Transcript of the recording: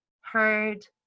heard